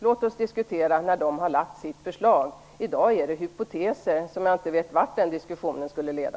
Låt oss diskutera när den har lagt fram sitt förslag. I dag finns det bara hypoteser, och jag vet inte vart en sådan diskussion skulle leda.